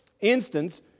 instance